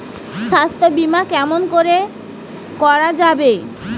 স্বাস্থ্য বিমা কেমন করি করা যাবে?